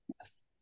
Yes